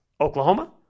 Oklahoma